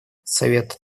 совет